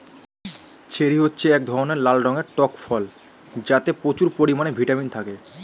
cherry হচ্ছে এক ধরনের লাল রঙের টক ফল যাতে প্রচুর পরিমাণে ভিটামিন থাকে